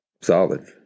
solid